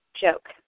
Joke